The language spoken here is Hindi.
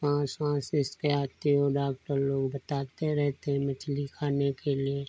सांस वांस जिसके आती हो डाक्टर लोग बताते रहते हैं मछली खाने के लिए